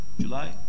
July